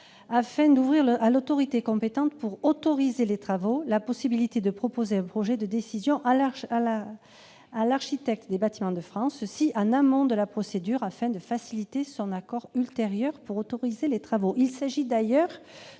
s'agit d'ouvrir à l'autorité compétente, pour autoriser les travaux, la possibilité de « proposer un projet de décision à l'architecte des Bâtiments de France », en amont de la procédure, afin de faciliter son accord ultérieur. Cette idée figurait du